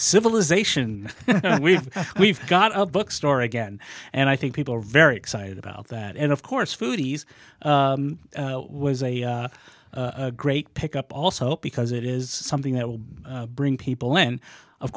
civilization we've got a bookstore again and i think people are very excited about that and of course foodies was a great pick up also because it is something that will bring people in of